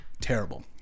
terrible